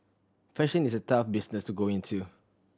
fashion is a tough business to go into